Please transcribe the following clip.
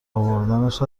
اوردنش